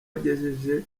agejeje